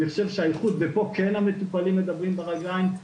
אני חושב שהאיכות ופה כן המטופלים מדברים ברגליים,